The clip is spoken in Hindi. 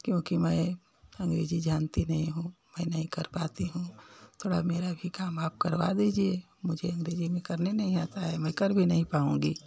क्योंकि मैं अंग्रेजी जानती नहीं हूँ मैं नहीं कर पाती हूँ थोड़ा मेरा भी काम आप करवा दीजिए मुझे अंग्रेजी में करने नहीं आता है मैं कर भी नहीं पाऊँगी